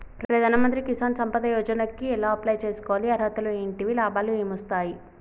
ప్రధాన మంత్రి కిసాన్ సంపద యోజన కి ఎలా అప్లయ్ చేసుకోవాలి? అర్హతలు ఏంటివి? లాభాలు ఏమొస్తాయి?